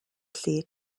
lle